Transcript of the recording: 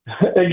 again